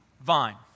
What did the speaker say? vine